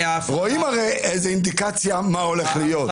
הרי רואים אינדיקציה ומה הולך להיות.